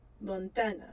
montana